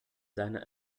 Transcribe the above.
seiner